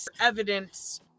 evidence